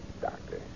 Doctor